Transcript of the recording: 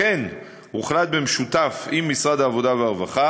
לכן הוחלט במשותף עם משרד העבודה והרווחה